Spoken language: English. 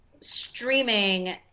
streaming